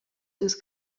dus